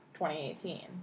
2018